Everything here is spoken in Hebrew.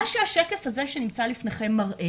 מה שהשקף שמוצג לפניכם היפגעות ילדים לפי קבוצות אוכלוסייה מראה